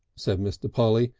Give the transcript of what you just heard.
said mr. polly,